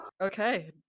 Okay